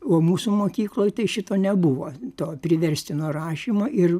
o mūsų mokykloj tai šito nebuvo to priverstino rašymo ir